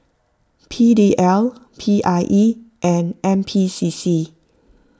P D L P I E and N P C C